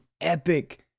epic